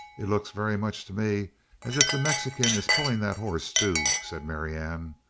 it looks very much to me as if the mexican is pulling that horse, too, said marianne.